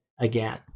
again